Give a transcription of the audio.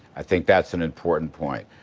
i think that's an important point.